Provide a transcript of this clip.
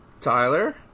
Tyler